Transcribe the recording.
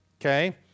Okay